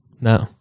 no